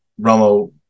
Romo